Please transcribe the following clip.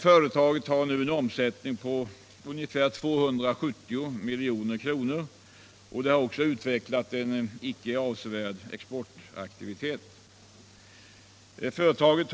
Företaget har nu en omsättning på ungefär 270 milj.kr. och har utvecklat en betydande exportverksamhet.